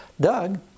Doug